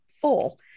full